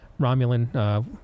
Romulan